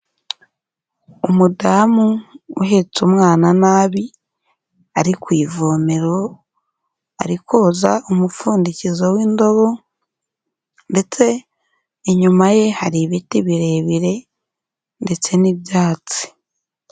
Umudamu uhetse umwana nabi, ari ku ivomero, ari koza umupfundikizo w'indobo ndetse inyuma ye hari ibiti birebire ndetse n'ibyatsi.